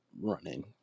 running